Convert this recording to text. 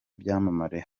ibyamamare